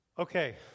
Okay